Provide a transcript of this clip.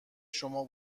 شما